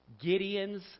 Gideon's